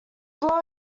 blow